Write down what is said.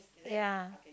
ya